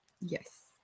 Yes